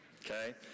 okay